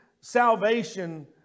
salvation